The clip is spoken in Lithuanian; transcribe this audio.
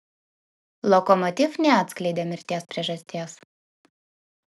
lokomotiv neatskleidė mirties priežasties